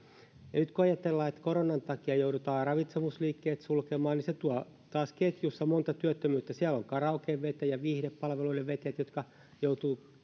ja nyt kun ajatellaan että koronan takia joudutaan ravitsemusliikkeet sulkemaan niin se tuo taas ketjussa monta työttömyyttä siellä on karaoken vetäjä viihdepalveluiden vetäjät jotka joutuvat